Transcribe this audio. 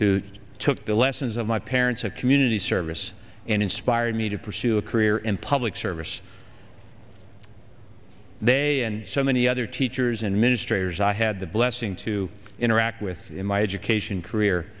who took the lessons of my parents of community service and inspired me to pursue a career in public service they and so many other teachers and ministry years i had the blessing to interact with in my education career